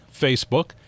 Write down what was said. Facebook